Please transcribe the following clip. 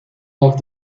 off